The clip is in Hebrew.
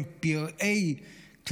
הם פראיים,